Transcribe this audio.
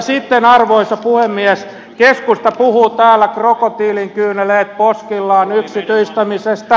sitten arvoisa puhemies keskusta puhuu täällä krokotiilinkyyneleet poskillaan yksityistämisestä